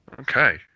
okay